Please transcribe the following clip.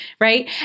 right